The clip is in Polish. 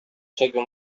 czego